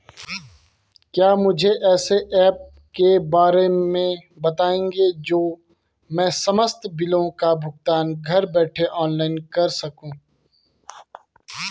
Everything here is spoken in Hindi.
क्या मुझे ऐसे ऐप के बारे में बताएँगे जो मैं समस्त बिलों का भुगतान घर बैठे ऑनलाइन कर सकूँ?